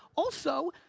also,